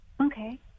Okay